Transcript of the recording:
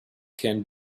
can